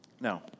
Now